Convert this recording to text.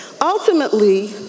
Ultimately